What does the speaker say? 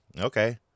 okay